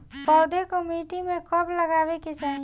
पौधे को मिट्टी में कब लगावे के चाही?